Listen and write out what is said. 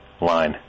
line